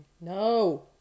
no